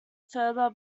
further